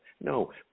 No